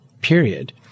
period